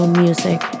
music